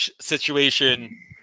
situation